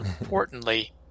importantly